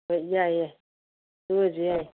ꯍꯣꯏ ꯌꯥꯏꯌꯦ ꯑꯗꯨ ꯑꯣꯏꯔꯁꯨ ꯌꯥꯏꯌꯦ